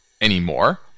anymore